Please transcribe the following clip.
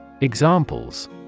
Examples